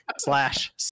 slash